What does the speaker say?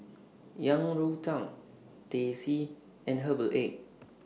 Yang Rou Tang Teh C and Herbal Egg